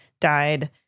died